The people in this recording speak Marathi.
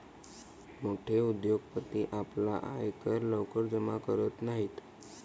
मोठे उद्योगपती आपला आयकर लवकर जमा करत नाहीत